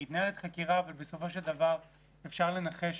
מתנהלת חקירה אבל בסופו של דבר אפשר לנחש